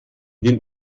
den